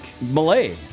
Malay